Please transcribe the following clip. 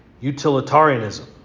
utilitarianism